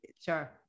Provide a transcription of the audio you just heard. sure